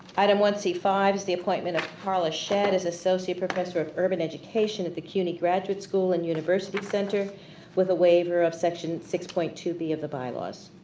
item one c five is the appointment of carla shedd as associate professor of urban education at the cuny graduate school and university center with a waiver of section six point two b of the bylaws.